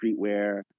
streetwear